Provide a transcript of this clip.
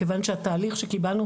כיוון שהתהליך שקיבלנו,